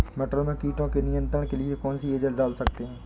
मटर में कीटों के नियंत्रण के लिए कौन सी एजल डाल सकते हैं?